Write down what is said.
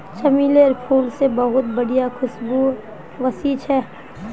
चमेलीर फूल से बहुत बढ़िया खुशबू वशछे